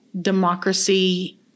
Democracy